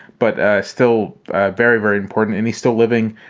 but ah still ah very, very important. and he still living.